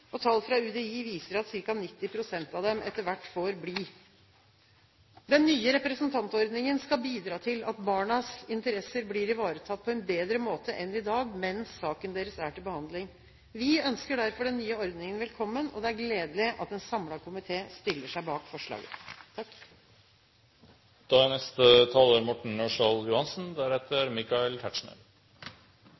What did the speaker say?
Tall fra UDI viser at ca. 90 pst. av dem etter hvert får bli. Den nye representantordningen skal bidra til at barnas interesser blir ivaretatt på en bedre måte enn i dag mens saken deres er til behandling. Vi ønsker derfor den nye ordningen velkommen. Det er gledelig at en samlet komité stiller seg bak forslaget.